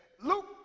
Luke